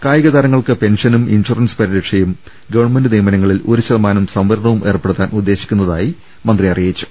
കായികതാരങ്ങൾക്ക് പെൻഷനും ഇൻഷുറൻസ് പരിരക്ഷയും ഗവൺമെന്റ് നിയമനങ്ങളിൽ ഒരു ശത മാനം സംവരണവും ഏർപ്പെടുത്താൻ ഉദ്ദേശിക്കുന്ന തായും മന്ത്രി അറിയിച്ചു